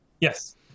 yes